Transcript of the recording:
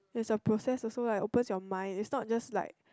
is a process also right opens your mind is not just like